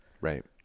Right